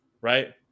right